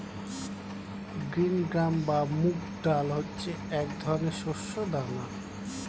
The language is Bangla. গ্রিন গ্রাম বা মুগ ডাল হচ্ছে এক ধরনের শস্য দানা